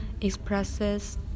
expresses